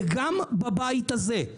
וגם בבית הזה.